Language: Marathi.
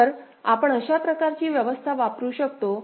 तर आपण अशा प्रकारची व्यवस्था वापरू शकतो